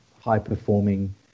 high-performing